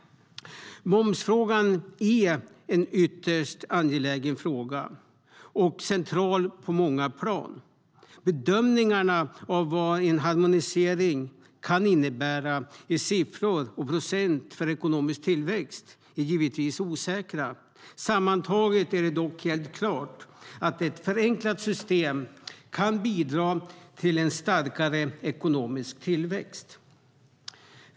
Momsfrågan är en ytterst angelägen fråga och är central på många olika plan. Bedömningarna av vad en harmonisering kan innebära i siffror och procent för ekonomisk tillväxt är givetvis osäkra. Sammantaget är det dock helt klart att ett förenklat system kan bidra till en starkare ekonomisk tillväxt.